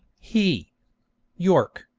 he york,